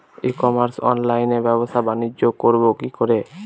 ই commerce অনলাইনে ব্যবসা বানিজ্য করব কি করে?